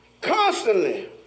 constantly